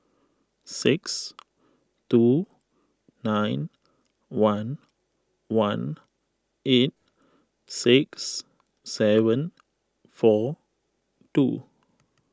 six two nine one one eight six seven four two